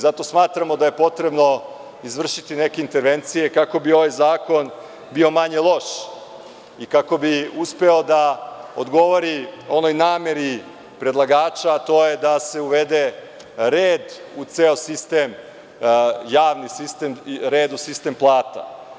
Zato smatramo da je potrebno izvršiti neke intervencije kako bi ovaj zakon bio manje loš i kako bi uspeo da odgovori onoj nameri predlagača, a to je da se uvede red u ceo sistem plata.